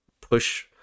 push